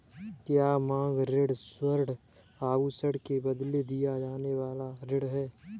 क्या मांग ऋण स्वर्ण आभूषण के बदले दिया जाने वाला ऋण है?